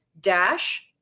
dash